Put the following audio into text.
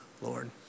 Lord